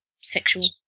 sexual